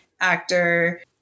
actor